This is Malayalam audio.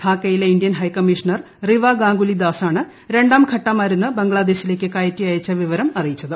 ധാക്കയിലെ ഇന്ത്യൻ ഹൈക്കമ്മീഷണർ റിവ ഗാംഗുലി ദാസാണ് രണ്ടാംഘട്ട മരുന്ന് ബംഗ്ലാദേശിലേയ്ക്ക് കയറ്റി അയച്ച വിവരം അറിയിച്ചത്